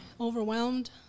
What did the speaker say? Overwhelmed